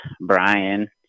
Brian